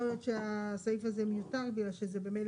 יכול להיות שהסעיף הזה מיותר בגלל שזה במילא